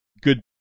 Good